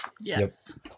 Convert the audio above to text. Yes